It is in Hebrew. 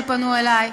שפנו אלי,